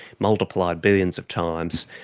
multiplied billions of times.